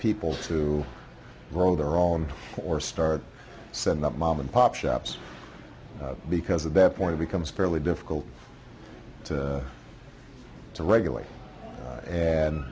people to grow their own or start setting up mom and pop shops because at that point it becomes fairly difficult to to regulate and